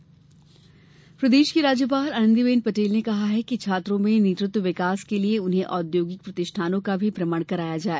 राज्यपाल प्रदेश की राज्यपाल आनंदी बेन पटेल ने कहा है कि छात्रों में नेतृत्व विकास के लिये उन्हें औद्योगिक प्रष्ठानों का भी भ्रमण कराया जाए